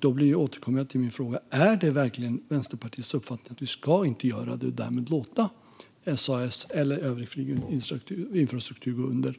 Då återkommer jag till min fråga: Är det verkligen Vänsterpartiets uppfattning att vi inte ska göra det och därmed låta SAS eller övrig flyginfrastruktur gå under?